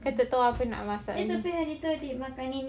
kau tak tahu masak apa hari ini